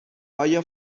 آیا